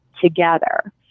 together